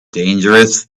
dangerous